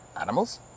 Animals